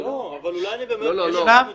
לא, אבל אולי אני כן רוצה להאריך?